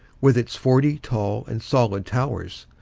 with its forty tall and solid towers,